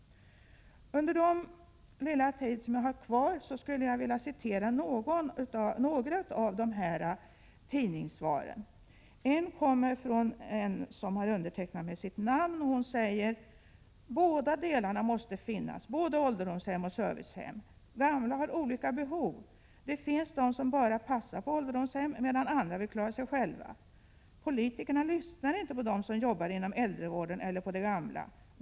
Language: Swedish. Under den korta taletid jag har kvar vill jag citera några av svaren på den enkät jag nämnde. I ett av svaren heter det: ”Båda delarna måste finnas, både ålderdomshem och servicehem. Gamla har olika behov, det finns de som bara passar på ålderdomshem medan andra vill klara sig själva. Politikerna lyssnar inte på dem som jobbar inom äldrevården eller på de gamla.